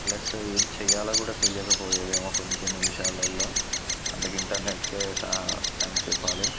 plus ఏం చేయాలో కూడా తెలియకపోయేదేమో కొన్ని కొన్ని విషయాలలో అందుకు ఇంటర్నెట్కే థాంక్స్ చెప్పాలి